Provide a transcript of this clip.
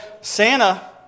Santa